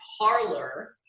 parlor